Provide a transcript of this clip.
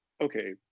okay